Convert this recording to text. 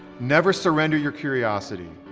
never surrender your curiosity.